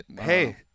Hey